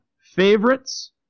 favorites